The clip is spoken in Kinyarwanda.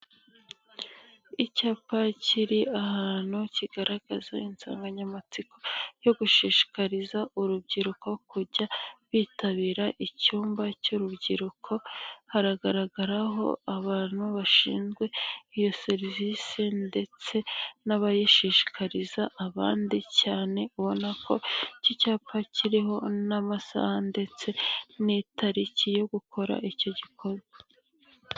Icyapa kiri ahantu kigaragaza insanganyamatsiko yo gushishikariza urubyiruko kujya bitabira icyumba cy'urubyiruko, hagaragaraho abantu bashinzwe iyo serivisi ndetse n'abayishishikariza abandi cyane, ubona ko iki cyapa kiriho n'amasaha ndetse n'itariki yo gukora icyo gikorwa.